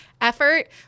effort